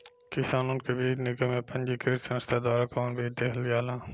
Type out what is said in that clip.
किसानन के बीज निगम या पंजीकृत संस्था द्वारा कवन बीज देहल जाला?